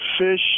fish